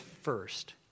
first